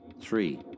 three